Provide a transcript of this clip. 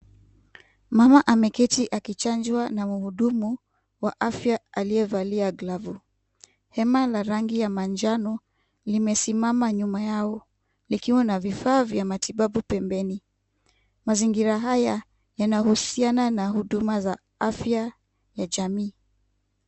Mama ameketi akichanjwa na mhudumu wa afya aliyevalia glavu. Hema la rangi ya manjano limesimama nyuma yao likiwa na vifaa vya matibabu pembeni. Mazingira haya yanahusiana na huduma za afya ya jamii.